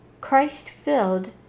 Christ-filled